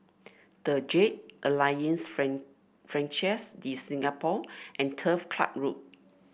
the Jade Alliance Francaise de Singapour and Turf Club Road